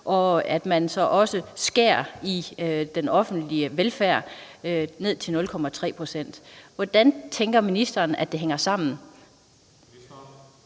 og at man så også beskærer den offentlige velfærd med op til 0,3 pct. Hvordan tænker ministeren at det hænger sammen?